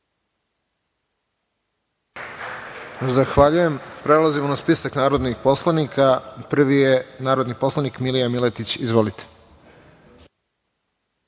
Zahvaljujem. Prelazimo na spisak narodnih poslanika. Prvi je narodni poslanik Milija Miletić. Izvolite.